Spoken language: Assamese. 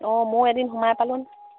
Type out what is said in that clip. অঁ মোৰ এদিন সোমাই